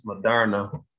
Moderna